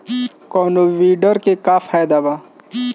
कौनो वीडर के का फायदा बा?